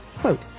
Quote